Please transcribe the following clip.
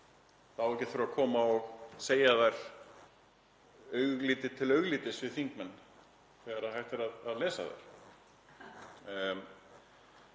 Það á ekki að þurfa að koma og segja þær augliti til auglitis við þingmenn þegar hægt er að lesa þær.